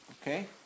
Okay